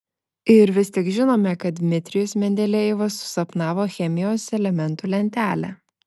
ir vis tik žinome kad dmitrijus mendelejevas susapnavo chemijos elementų lentelę